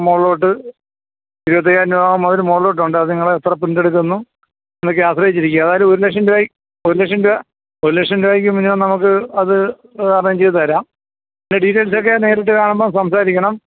മുകളിലോട്ട് ഇരുപത്തയ്യായിരം രൂപ മുതല് മുകളിലോട്ട് ഉണ്ട് അത് നിങ്ങള് എത്ര പ്രിൻറ്റെട്ക്കുന്നു എന്നോക്ക് ആശ്രയിച്ചിരിക്കും അതായാലും ഒരു ലക്ഷം രൂപായ് ഒര് ലക്ഷം രൂപാ ഒര് ലക്ഷം രൂപയ്ക്ക് മിനിമം നമുക്ക് അത് അറേഞ്ച് ചെയ്ത് തരാം ഡീറ്റെയിൽസ് ഒക്കെ നേരിട്ട് കാണുമ്പം സംസാരിക്കണം